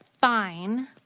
fine